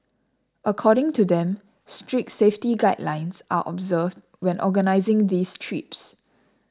according to them strict safety guidelines are observed when organising these trips